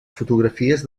fotografies